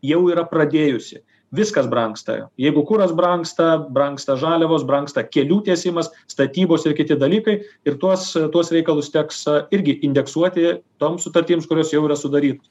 jau yra pradėjusi viskas brangsta jeigu kuras brangsta brangsta žaliavos brangsta kelių tiesimas statybos ir kiti dalykai ir tuos tuos reikalus teks irgi indeksuoti toms sutartims kurios jau yra sudarytos